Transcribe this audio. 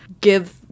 give